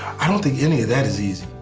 i don't think any of that is easy.